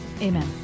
Amen